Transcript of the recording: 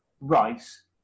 rice